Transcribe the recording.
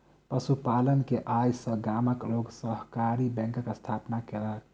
पशु पालन के आय सॅ गामक लोक सहकारी बैंकक स्थापना केलक